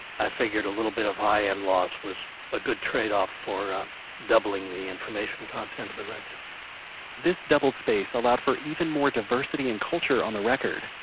i figured a little bit of high end loss was a good trade off for um doubling the information content of the record this doubled space allowed for even more diversity and culture onto the record.